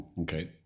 Okay